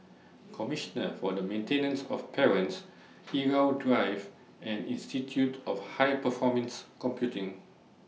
Commissioner For The Maintenance of Parents Irau Drive and Institute of High Performance Computing